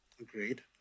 Agreed